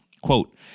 Quote